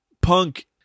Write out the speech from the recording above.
punk